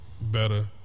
better